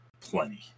plenty